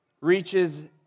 reaches